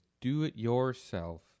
do-it-yourself